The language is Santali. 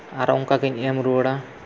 ᱟᱨᱦᱚᱸ ᱚᱱᱠᱟᱜᱮᱧ ᱮᱢ ᱨᱩᱣᱟᱹᱲᱟ